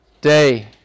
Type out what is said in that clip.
day